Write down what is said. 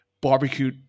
barbecue